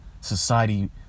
society